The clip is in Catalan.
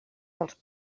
dels